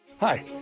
Hi